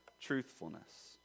truthfulness